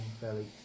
fairly